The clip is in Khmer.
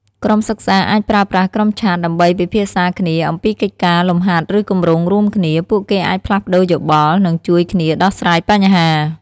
ក្រុមសិក្សាអាចប្រើប្រាស់ ក្រុមឆាត ដើម្បី ពិភាក្សាគ្នា អំពីកិច្ចការ លំហាត់ ឬគម្រោងរួមគ្នា។ ពួកគេអាចផ្លាស់ប្តូរយោបល់ និងជួយគ្នាដោះស្រាយបញ្ហា។